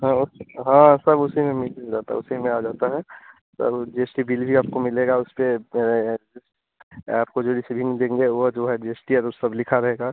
हाँ हाँ सब उसी में मिल जाता उसी में आ जाता है sir G S T bill भी आपको मिलेगा उसपर आपको जो रिसीविन्ग देंगे वह जो है जी एस टी और वह सब लिखा रहेगा